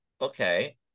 okay